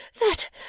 that